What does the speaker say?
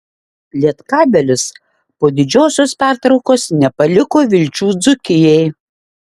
lietkabelis po didžiosios pertraukos nepaliko vilčių dzūkijai